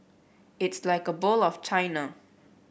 it's like a bowl of China